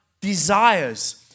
desires